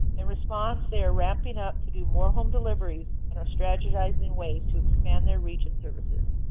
in response, they are ramping up to do more home deliveries and are strategizing ways to expand their reach and services.